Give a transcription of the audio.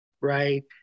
right